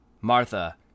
Martha